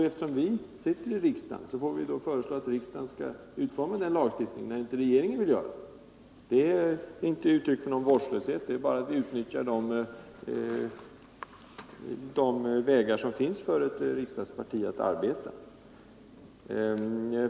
Eftersom vi tillhör riksdagen är det naturligt att vi föreslår att riksdagen utformar en sådan lagstiftning, när inte regeringen vill göra det. Det är inte ett uttryck för vårdslöshet, det är bara att utnyttja de vägar som finns för ett politiskt parti.